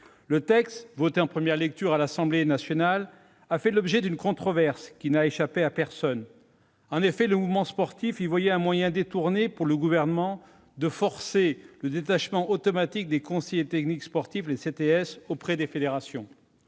Le texte voté en première lecture à l'Assemblée nationale a fait l'objet d'une controverse n'ayant échappé à personne. En effet, le mouvement sportif y a vu un moyen détourné de forcer le détachement automatique des conseillers techniques sportifs, ou CTS, auprès des fédérations.